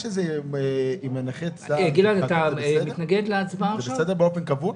העובדה שזה עם נכי צה"ל, זה בסדר באופן קבוע?